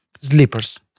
Slippers